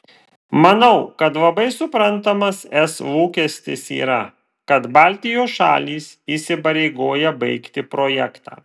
manau kad labai suprantamas es lūkestis yra kad baltijos šalys įsipareigoja baigti projektą